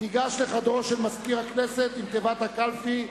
אל חדרו של מזכיר הכנסת עם תיבת הקלפי,